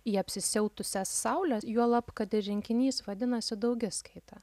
į apsisiautusias saule juolab kad ir rinkinys vadinasi daugiskaita